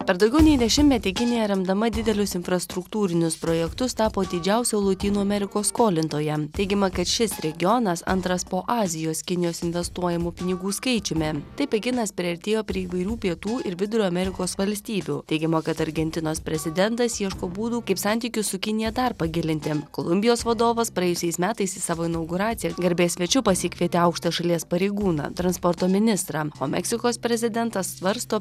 per daugiau nei dešimtmetį kinija remdama didelius infrastruktūrinius projektus tapo didžiausio lotynų amerikos skolintoja teigiama kad šis regionas antras po azijos kinijos investuojamų pinigų skaičiumi taip pekinas priartėjo prie įvairių pietų ir vidurio amerikos valstybių teigiama kad argentinos prezidentas ieško būdų kaip santykius su kinija dar pagilinti kolumbijos vadovas praėjusiais metais į savo inauguraciją garbės svečiu pasikvietė aukštą šalies pareigūną transporto ministrą o meksikos prezidentas svarsto